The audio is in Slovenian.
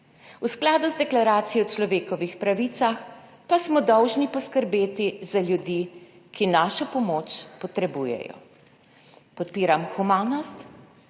V skladu z deklaracijo o človekovih pravicah pa smo dolžni poskrbeti za ljudi, ki našo pomoč potrebujejo. Podpiram humanost,